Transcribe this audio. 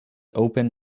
open